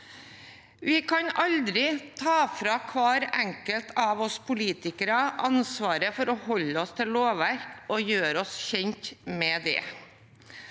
Vi kan aldri ta fra hver enkelt av oss politikere ansvaret for å holde oss til lover og gjøre oss kjent med dem.